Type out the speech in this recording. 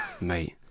Mate